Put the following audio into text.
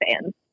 fans